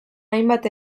hainbat